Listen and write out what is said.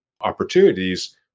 opportunities